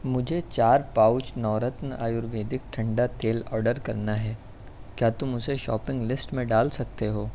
مجھے چار پاؤچ نورتن آیورویدک ٹھنڈا تیل آرڈر کرنا ہے کیا تم اسے شاپنگ لسٹ میں ڈال سکتے ہو